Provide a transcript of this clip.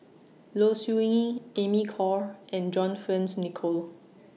Low Siew Nghee Amy Khor and John Fearns Nicoll